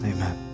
Amen